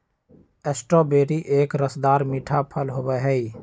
strawberry एक रसदार मीठा फल होबा हई